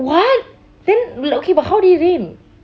what then okay but how did it rain